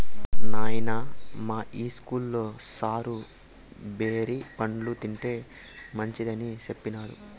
నాయనా, మా ఇస్కూల్లో సారు బేరి పండ్లు తింటే మంచిదని సెప్పినాడు